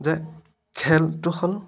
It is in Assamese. যে খেলটো হ'ল